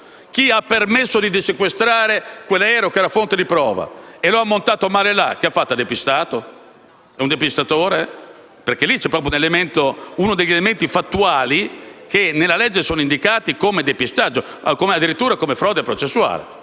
ha permesso di dissequestrare quell'aereo, che era fonte di prova, e lo ha montato male nell'hangar ha depistato? È un depistatore? Lì c'è proprio uno degli elementi fattuali che nella legge sono indicati come depistaggio, alcuni addirittura come frode processuale.